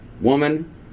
woman